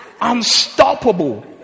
Unstoppable